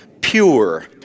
pure